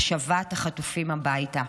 השבת החטופים הביתה.